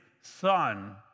son